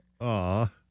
Aw